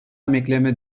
emekleme